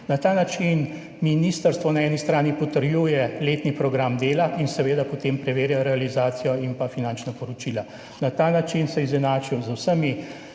Na ta način ministrstvo na eni strani potrjuje letni program dela in seveda potem preverja realizacijo in finančna poročila. Na ta način se izenačijo z vsemi